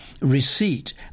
receipt